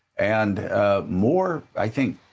and more, i think,